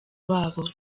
babo